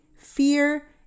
fear